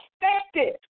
effective